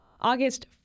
August